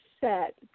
set